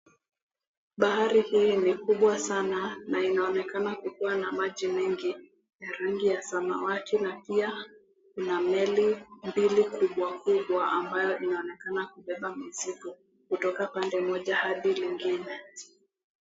Bahari hii ni kubwa sana na inaonekana kukuwa na maji mengi na rangi ya samawati. Na pia kuna meli mbili kubwa kubwa, ambayo inaonekana kubeba mizigo kutoka pande moja hadi lingine.